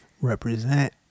Represent